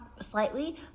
slightly